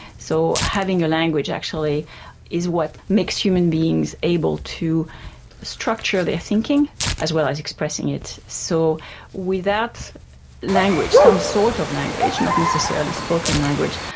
so having a language actually is what makes human beings able to structure their thinking as well as expressing it. so without language, some sort of language, not necessarily spoken language,